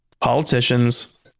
politicians